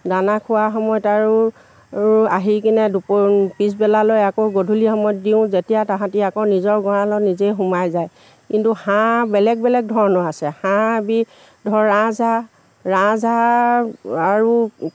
দানা খোৱা সময়ত আৰু আৰু আহি কিনে দুপৰ পিছবেলালৈ আকৌ গধূলি সময়ত দিওঁ যেতিয়া তাহাঁতি আকৌ নিজৰ গড়ালত নিজেই সোমাই যায় কিন্তু হাঁহ বেলেগ বেলেগ ধৰণৰ আছে হাঁহ এবিধ ধৰ ৰাজহাঁহ ৰাজহাঁহ আৰু